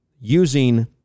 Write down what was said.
using